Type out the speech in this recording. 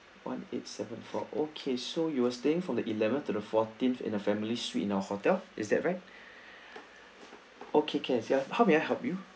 one eight seven four okay so you were staying from the eleventh to the fourteenth in a family suite in our hotel is that right okay can sia how may I help you